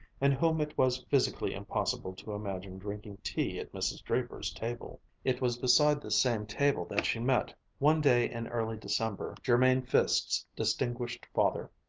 and whom it was physically impossible to imagine drinking tea at mrs. draper's table. it was beside this same table that she met, one day in early december, jermain fiske's distinguished father.